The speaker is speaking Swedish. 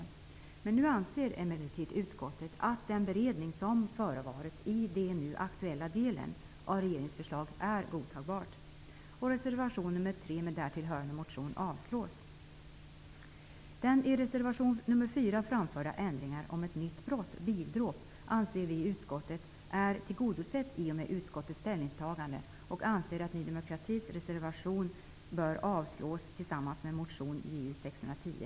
Utskottet anser emellertid att den beredning som förevarit i den nu aktuella delen av regeringens förslag är godtagbar. Det i reservation nr 4 framförda förslaget till ändring om ett nytt brott, bildråp, anser vi i utskottet är tillgodosett i och med utskottets ställningstagande. Vi anser att Ny demokratis reservation bör avstyrkas tillsammans med motion Ju610.